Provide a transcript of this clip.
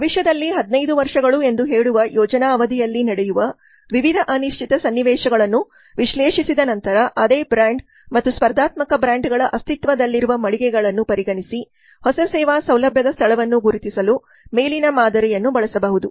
ಭವಿಷ್ಯದಲ್ಲಿ 15 ವರ್ಷಗಳು ಎಂದು ಹೇಳುವ ಯೋಜನಾ ಅವಧಿಯಲ್ಲಿ ನಡೆಯುವ ವಿವಿಧ ಅನಿಶ್ಚಿತ ಸನ್ನಿವೇಶಗಳನ್ನು ವಿಶ್ಲೇಷಿಸಿದ ನಂತರ ಅದೇ ಬ್ರ್ಯಾಂಡ್ ಮತ್ತು ಸ್ಪರ್ಧಾತ್ಮಕ ಬ್ರ್ಯಾಂಡ್ಗಳ ಅಸ್ತಿತ್ವದಲ್ಲಿರುವ ಮಳಿಗೆಗಳನ್ನು ಪರಿಗಣಿಸಿ ಹೊಸ ಸೇವಾ ಸೌಲಭ್ಯದ ಸ್ಥಳವನ್ನು ಗುರುತಿಸಲು ಮೇಲಿನ ಮಾದರಿಯನ್ನು ಬಳಸಬಹುದು